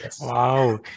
Wow